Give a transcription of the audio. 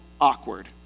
awkward